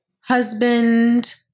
husband